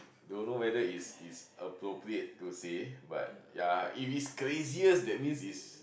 don't know whether it's it's appropriate to see but ya if it's craziest that means it's